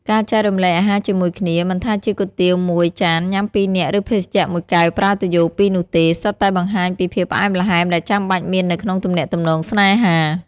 ការចែករំលែកអាហារជាមួយគ្នា មិនថាជាគុយទាវមួយចានញ៉ាំពីរនាក់ ឬភេសជ្ជៈមួយកែវប្រើទុយោពីរនោះទេ សុទ្ធតែបង្ហាញពីភាពផ្អែមល្ហែមដែលចាំបាច់មាននៅក្នុងទំនាក់ទំនងស្នេហា។